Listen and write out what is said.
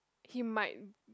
he might